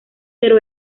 pero